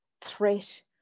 threat